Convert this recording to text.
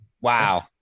Wow